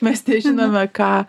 mes nežinome ką